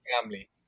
family